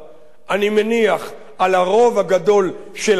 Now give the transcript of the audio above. אני מניח על הרוב הגדול של השטח,